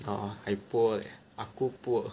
uh I poor leh aku poor